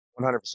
100